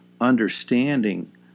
understanding